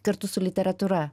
kartu su literatūra